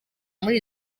muri